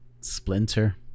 splinter